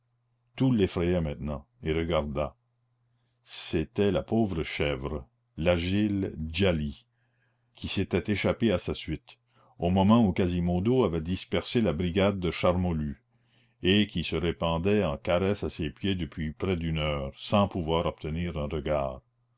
l'effrayait maintenant et regarda c'était la pauvre chèvre l'agile djali qui s'était échappée à sa suite au moment où quasimodo avait dispersé la brigade de charmolue et qui se répandait en caresses à ses pieds depuis près d'une heure sans pouvoir obtenir un regard